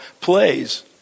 plays